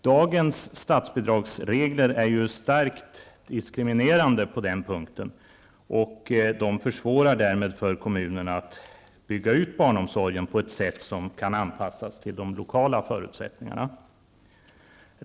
Dagens statsbidragsregler är ju starkt diskriminerande på den punkten, och de försvårar därmed för kommunerna att bygga ut barnomsorgen på ett sätt som kan anpassas till de lokala förutsättningarna.